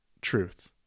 truth